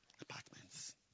Apartments